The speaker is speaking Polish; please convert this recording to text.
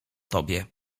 tobie